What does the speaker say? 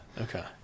Okay